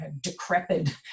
decrepit